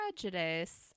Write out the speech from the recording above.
Prejudice